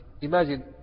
Imagine